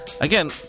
Again